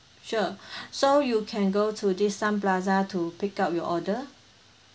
sure so you can go to this some plaza to pick up your order